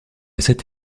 cette